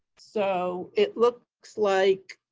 so it looks like